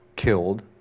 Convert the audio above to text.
killed